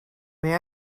may